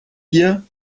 hier